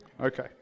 Okay